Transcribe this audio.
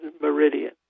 Meridian